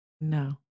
No